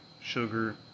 sugar